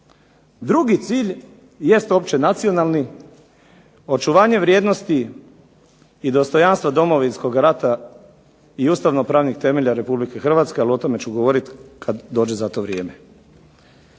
Drugi cilj jest općenacionalni, očuvanje vrijednosti i dostojanstva Domovinskog rata i ustavnopravnih temelja Republike Hrvatske, ali o tome ću govorit kad dođe za to vrijeme.